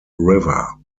river